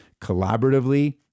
collaboratively